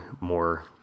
more